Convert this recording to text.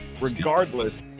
regardless